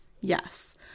Yes